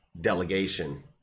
delegation